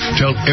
tell